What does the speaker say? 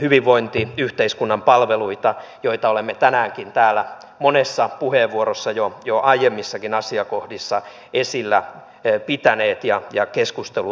hyvinvointiyhteiskunnan palveluita joita olemme tänäänkin täällä monessa puheenvuorossa jo aiemmissakin asiakohdissa esillä pitäneet ja keskustelua niistä käyneet